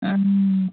অঁ